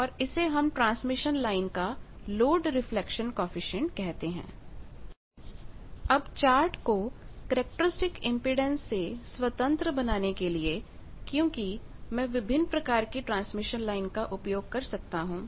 और इसे हम ट्रांसमिशन लाइन का लोड रिफ्लेक्शन कॉएफिशिएंट कहते हैं अब चार्ट को करैक्टरस्टिक इंपेडेंस से स्वतंत्र बनाने के लिए क्योंकि मैं विभिन्न प्रकार की ट्रांसमिशन लाइन का उपयोग कर सकता हूं